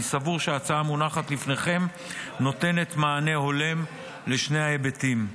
אני סבור שההצעה המונחת לפניכם נותנת מענה הולם לשני ההיבטים.